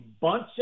bunch